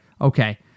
Okay